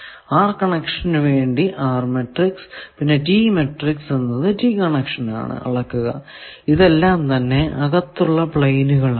R കണക്ഷന് വേണ്ടി R matrix പിന്നെ T മാട്രിക്സ് എന്നത് T കണക്ഷൻ ആണ് അളക്കുക ഇതെല്ലാം തന്നെ അകത്തുള്ള പ്ലെയിനുകൾ ആണ്